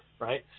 right